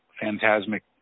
phantasmic